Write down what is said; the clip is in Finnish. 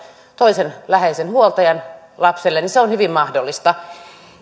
toisen läheisen huoltajan lapselleen niin se on hyvin mahdollista